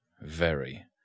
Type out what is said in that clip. very